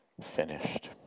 finished